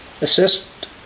assist